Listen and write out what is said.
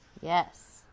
Yes